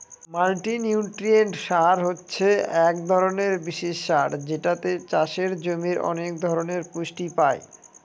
multinutrient সার হছে এক ধরনের বিশেষ সার যেটাতে চাষের জমির অনেক ধরনের পুষ্টি পাই